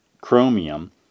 chromium